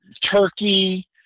Turkey